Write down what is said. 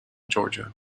georgia